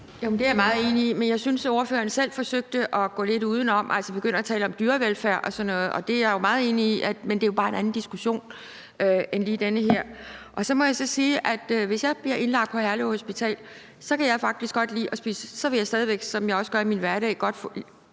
Det er jeg meget enig i, men jeg synes, at ordføreren selv forsøgte at gå lidt udenom ved at begynde at tale om dyrevelfærd og sådan noget. Det er jeg jo meget enig i er vigtigt, men det er bare en anden diskussion end lige den her. Så må jeg sige, at hvis jeg bliver indlagt på Herlev Hospital, vil jeg stadig væk gerne, som jeg også godt kan lide i min hverdag, have